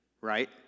right